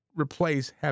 replace